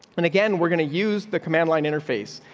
but again, we're gonna use the command line interface,